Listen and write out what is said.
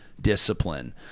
discipline